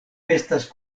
estas